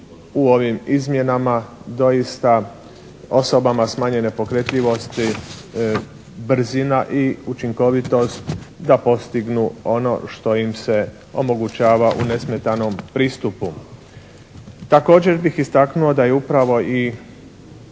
u ovim izmjenama doista osobama s manje nepokretljivosti brzina i učinkovitost da postignu ono što im se omogućava u nesmetanom pristupu. Također bih istaknuo da je upravo i